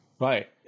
Right